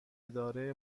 اداره